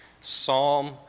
Psalm